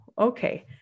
okay